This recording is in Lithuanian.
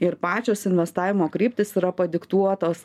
ir pačios investavimo kryptys yra padiktuotos